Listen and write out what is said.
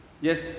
Yes